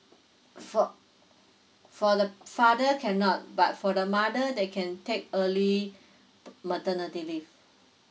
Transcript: for for the father cannot but for the mother they can take early maternity leave